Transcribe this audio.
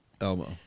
Elmo